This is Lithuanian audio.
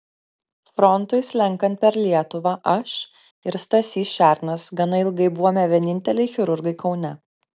frontui slenkant per lietuvą aš ir stasys šernas gana ilgai buvome vieninteliai chirurgai kaune